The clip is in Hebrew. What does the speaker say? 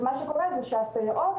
ומה שקורה זה שהסייעות